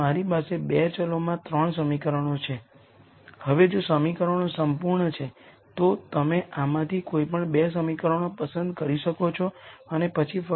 તેથી તમારી પાસે આ સમીકરણ ν છે ν₁ બાય λ A1 અને તે રીતે νn બાય λ An